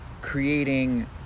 creating